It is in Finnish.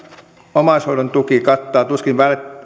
omaishoidon tuki kattaa tuskin